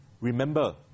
remember